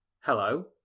hello